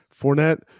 Fournette